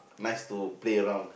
nice to play around